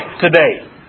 today